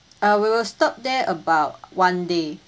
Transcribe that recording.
uh we will stop there about one day